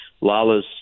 Lala's